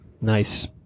Nice